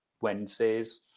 Wednesdays